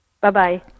Bye-bye